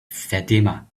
fatima